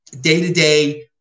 day-to-day